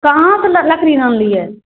कहाँ सँ लकड़ी आनलियै